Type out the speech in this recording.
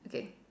okay